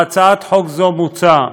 בהצעת חוק זו מוצע,